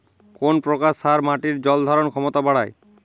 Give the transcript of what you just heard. কোন প্রকার সার মাটির জল ধারণ ক্ষমতা বাড়ায়?